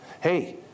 Hey